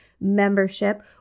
membership